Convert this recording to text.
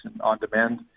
on-demand